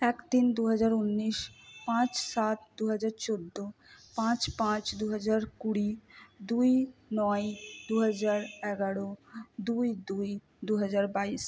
এক তিন দুহাজার উনিশ পাঁচ সাত দুহাজার চোদ্দো পাঁচ পাঁচ দুহাজার কুড়ি দুই নয় দুহাজার এগারো দুই দুই দুহাজার বাইশ